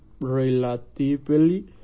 relatively